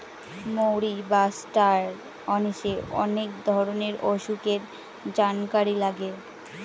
মৌরি বা ষ্টার অনিশে অনেক ধরনের অসুখের জানকারি লাগে